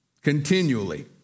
continually